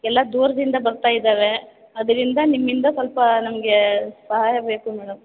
ಎಲ್ಲ ದೂರದಿಂದ ಬರ್ತಾ ಇದ್ದಾವೆ ಅದರಿಂದ ನಿಮ್ಮಿಂದ ಸ್ವಲ್ಪ ನಮ್ಗೆ ಸಹಾಯ ಬೇಕು ಮೇಡಮ್